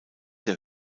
der